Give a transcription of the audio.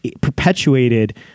perpetuated